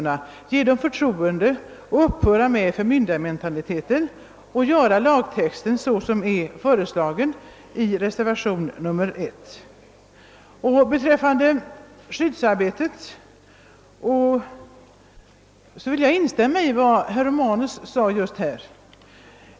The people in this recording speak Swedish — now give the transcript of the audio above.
Man borde 1 stället visa kvinnorna förtroende och inte ge uttryck åt förmyndarmentalitet. Lagtexten bör därför enligt min mening utformas så som föreslås i reservationen I. Beträffande skyddsarbetet vill jag instämma i vad herr Romanus sade.